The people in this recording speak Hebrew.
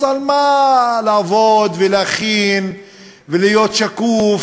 אז על מה לעבוד ולהכין ולהיות שקוף